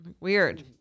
Weird